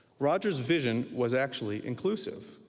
rogers' vision was actually inclusive.